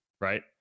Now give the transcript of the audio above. right